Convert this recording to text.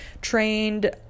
trained